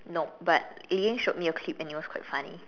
nope but Lian showed me a clip and it was quite funny